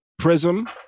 Prism